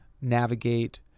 navigate